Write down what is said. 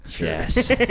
Yes